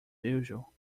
usual